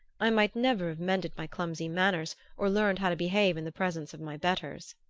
i might never have mended my clumsy manners or learned how to behave in the presence of my betters.